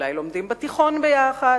אולי לומדים בתיכון ביחד,